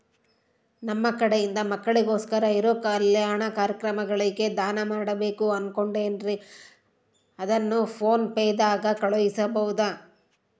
ನಮ್ಮ ಕಡೆಯಿಂದ ಮಕ್ಕಳಿಗೋಸ್ಕರ ಇರೋ ಕಲ್ಯಾಣ ಕಾರ್ಯಕ್ರಮಗಳಿಗೆ ದಾನ ಮಾಡಬೇಕು ಅನುಕೊಂಡಿನ್ರೇ ಅದನ್ನು ಪೋನ್ ಪೇ ದಾಗ ಕಳುಹಿಸಬಹುದಾ?